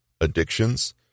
addictions